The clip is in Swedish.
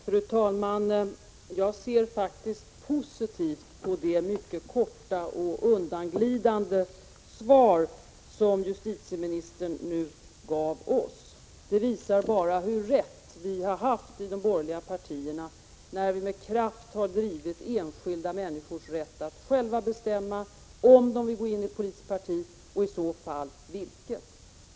Fru talman! Jag ser faktiskt positivt på det mycket korta och undanglidande svar som justitieministern nu gav oss. Det visar bara hur rätt vi har haft i de borgerliga partierna när vi med kraft har drivit enskilda människors rätt att själva bestämma om de vill gå in i ett politiskt parti och i så fall vilket.